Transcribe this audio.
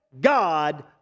God